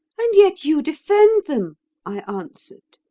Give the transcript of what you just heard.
and yet you defend them i answered.